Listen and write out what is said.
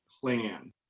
plan